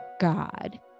God